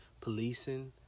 policing